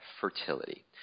fertility